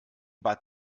bad